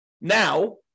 now